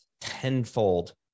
tenfold